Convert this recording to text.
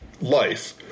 life